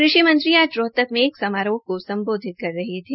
कृषि मंत्री आज रोहतक में एक समारोह को सम्बोधित कर रहे थे